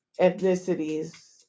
ethnicities